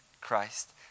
Christ